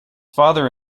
father